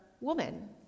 Woman